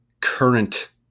current